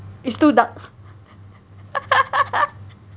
it's too dark